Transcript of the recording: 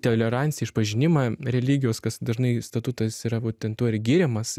toleranciją išpažinimą religijos kas dažnai statutas yra būtent tuo ir giriamas